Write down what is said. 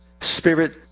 Spirit